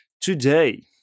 Today